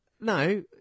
No